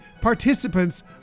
participants